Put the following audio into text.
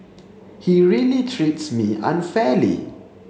he really treats me unfairly